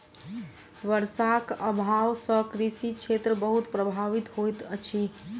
वर्षाक अभाव सॅ कृषि क्षेत्र बहुत प्रभावित होइत अछि